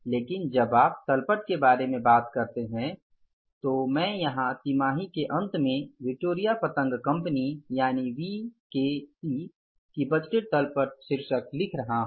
लेकिन जब आप तल पट के बारे में बात करते हैं तो मैं यहाँ तिमाही के अंत में VKC की बजटेड तल पट शीर्षक लिख रहा हूँ